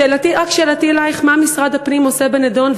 שאלתי אלייך: מה משרד הפנים עושה בנדון,